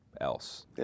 else